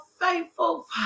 faithful